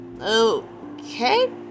okay